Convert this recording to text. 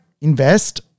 invest